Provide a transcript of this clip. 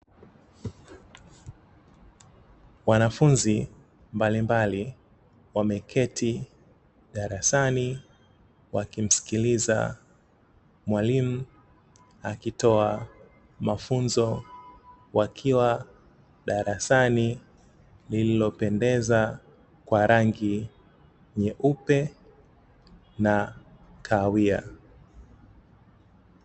Wanafunzi mbalimbali, wameketi darasani, wakimsikiliza mwalimu akitoa mafunzo, wakiwa darasani, lililopendeza kwa rangi nyeupe na kahawia.